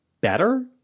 better